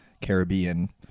Caribbean